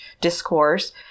discourse